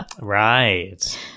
Right